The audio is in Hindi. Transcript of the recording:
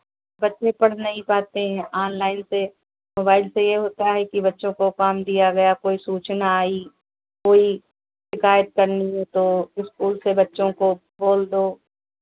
बच्चे पढ़ नहीं पाते हैं ऑनलाइन से मोबाइल से ये होता है कि बच्चों को काम दिया गया कोई सूचना आई कोई शिकायत करनी है तो इस्कूल के बच्चों को बोल दो